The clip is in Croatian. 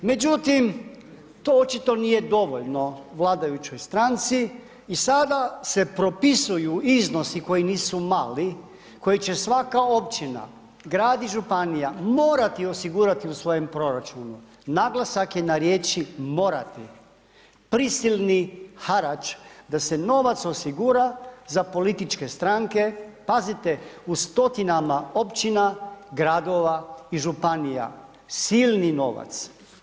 Međutim, to očito nije dovoljno vladajućoj stranci i sada se propisuju iznosi koji nisu mali, koje će svaka općina, grad i županija morati osigurati u svojem proračunu, naglasak je na riječi morati, prisilni harač da se novac osigura za političke stranke, pazite u stotinama općina, gradova i županija, silni novac.